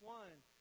one